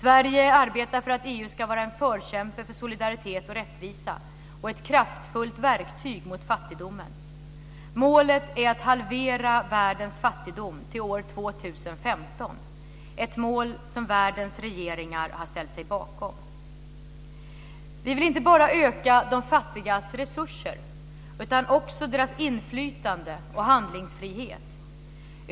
Sverige arbetar för att EU ska vara en förkämpe för solidaritet och rättvisa, och ett kraftfullt verktyg mot fattigdomen. Målet är att halvera världens fattigdom till år 2015 - ett mål som världens regeringar har ställt sig bakom. Regeringen vill inte bara öka de fattigas resurser utan också deras inflytande och handlingsfrihet.